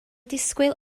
disgwyl